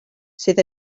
sydd